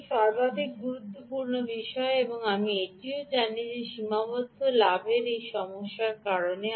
এটি সর্বাধিক গুরুত্বপূর্ণ বিষয় এবং আপনি এটিও জানেন যে সীমাবদ্ধ লাভের এই সমস্যার কারণে